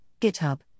GitHub